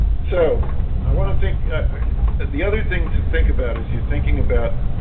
so i want to think and the other thing to think about is you're thinking about?